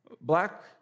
Black